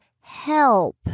Help